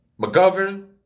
McGovern